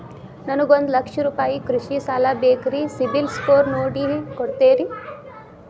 ನನಗೊಂದ ಲಕ್ಷ ರೂಪಾಯಿ ಕೃಷಿ ಸಾಲ ಬೇಕ್ರಿ ಸಿಬಿಲ್ ಸ್ಕೋರ್ ನೋಡಿ ಕೊಡ್ತೇರಿ?